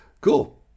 Cool